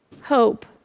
Hope